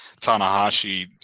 Tanahashi